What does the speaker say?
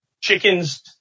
chickens